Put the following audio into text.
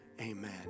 Amen